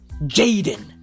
Jaden